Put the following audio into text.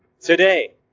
today